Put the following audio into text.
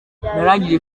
narangije